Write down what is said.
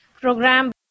program